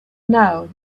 now